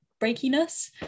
breakiness